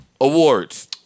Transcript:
Awards